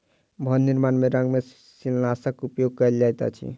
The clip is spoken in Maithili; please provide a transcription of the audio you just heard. भवन निर्माण में रंग में शिवालनाशक उपयोग कयल जाइत अछि